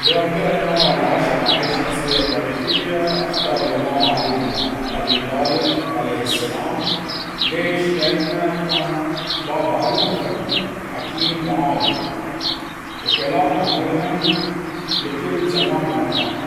لو أقدر أتناول العشاء مع أي شخصية تاريخية، أختار الإمام علي بن أبي طالب عليه السلام. ليش؟ لأنه كان باب علم وفهم، حكيم وعادل، وكلامه ملهم لكل زمان ومكان.